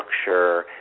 structure